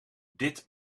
dit